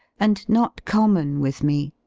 and not common with me.